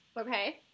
Okay